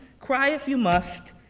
cry if you must,